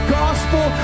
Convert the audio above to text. gospel